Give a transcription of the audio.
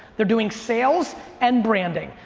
they're doing sales and branding.